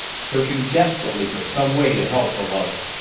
searching desperately for some way to help her lover.